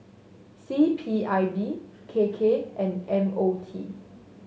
C P I B K K and M O T